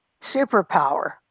superpower